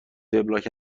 وبلاگ